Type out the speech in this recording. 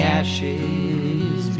ashes